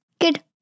Good